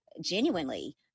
genuinely